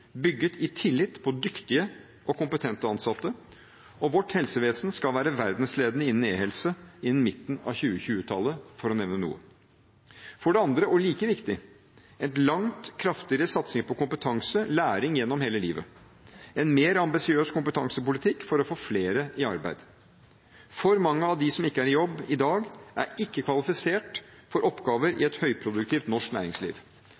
bygget i tillit på dyktige og kompetente ansatte. Vårt helsevesen skal være verdensledende innen e-helse innen midten av 2020-tallet – for å nevne noe. For det andre og like viktig: en langt kraftigere satsing på kompetanse – læring gjennom hele livet, en mer ambisiøs kompetansepolitikk for å få flere i arbeid. For mange av dem som ikke er i jobb i dag, er ikke kvalifisert for oppgaver i et høyproduktivt norsk næringsliv.